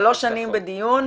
זה שלוש שנים בדיון.